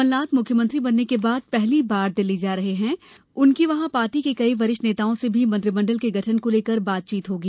कमलनाथ मुख्यमंत्री बनने के बाद पहली बार दिल्ली जा रहे हैं उनकी वहां पार्टी के कई वरिष्ठ नेताओं से भी मंत्रिमंडल के गठन को लेकर बातचीत होगी